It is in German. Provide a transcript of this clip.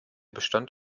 bestand